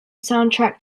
soundtrack